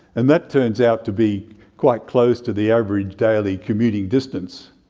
and that turns out to be quite close to the average daily commuting distance.